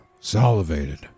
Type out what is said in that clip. salivated